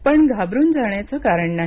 पण घाबरुन जाण्याचं कारण नाही